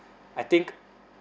I think